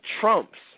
trumps